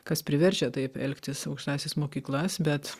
kas priverčia taip elgtis aukštąsias mokyklas bet